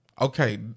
Okay